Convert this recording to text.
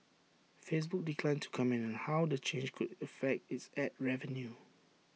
Facebook declined to comment on how the change could affect its Ad revenue